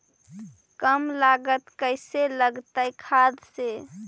कम लागत कैसे लगतय खाद से?